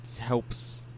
helps